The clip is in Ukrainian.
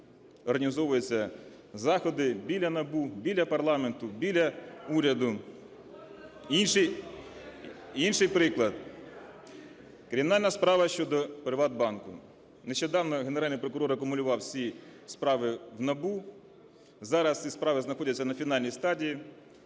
організовуються заходи біля НАБУ, біля парламенту, біля уряду. Інший приклад. Кримінальна справа щодо "ПриватБанку". Нещодавно Генеральний прокурор акумулював всі справи в НАБУ. Зараз ці справи знаходяться на фінальній стадії.